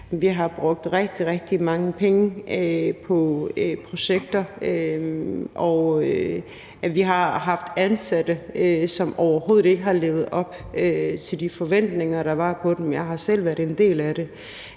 vi har brugt rigtig, rigtig mange penge på projekter, og at vi har haft ansatte, som overhovedet ikke har levet op til de forventninger, der var til dem. Jeg har selv været en del af det